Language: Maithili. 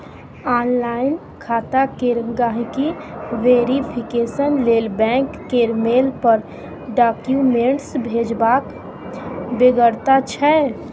आनलाइन खाता केर गांहिकी वेरिफिकेशन लेल बैंक केर मेल पर डाक्यूमेंट्स भेजबाक बेगरता छै